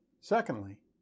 Secondly